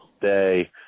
day